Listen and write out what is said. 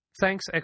thanks